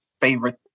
favorite